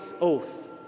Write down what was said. oath